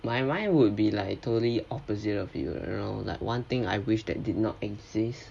my mind would be like totally opposite of you around like one thing I wish that did not exist